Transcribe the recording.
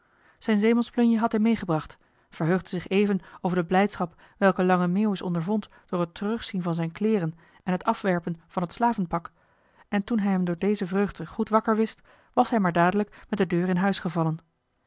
zijn zeemansplunje had hij meegebracht verheugde zich even over de blijdschap welke lange meeuwis ondervond door het terugzien van zijn kleeren en het afwerpen van het slavenpak en toen hij hem door deze vreugde goed wakker wist was hij maar dadelijk met de deur in huis gevallen